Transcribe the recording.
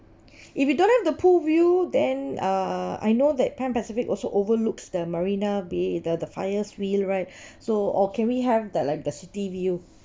if you don't have the pool view then uh I know that pan pacific also overlooks the marina bay the the flyer's wheel right so or can we have the like the city view